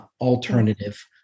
alternative